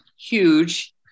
huge